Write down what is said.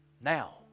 Now